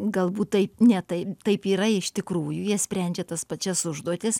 galbūt taip ne taip taip yra iš tikrųjų jie sprendžia tas pačias užduotis